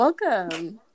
Welcome